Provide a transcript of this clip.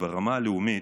וברמה הלאומית,